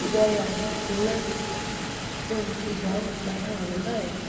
उगाया आहिनि गुल उहे मूंखे जाम ॾाढा वणंदा आहिनि